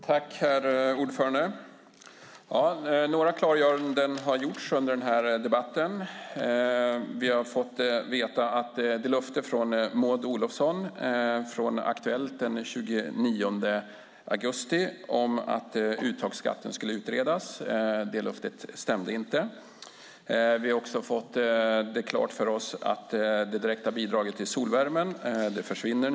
Herr talman! Några klargöranden har gjorts under debatten. Vi har fått veta att det löfte som Maud Olofsson gav i Aktuellt den 29 augusti om att uttagsskatten skulle utredas inte stämde. Vi har också fått klart för oss att det direkta bidraget till solvärme försvinner.